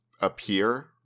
appear